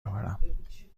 آورم